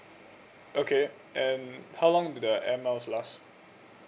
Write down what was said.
okay and how long do the air miles last